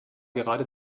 gerade